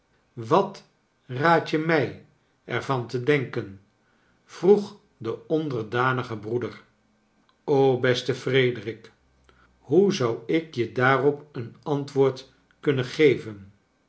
wat raad je mij er van te denken vroeg de onderdanige broeder beste frederik hoe zou ik je daarop een antwoord kunnen geven'l